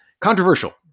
Controversial